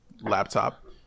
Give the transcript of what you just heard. laptop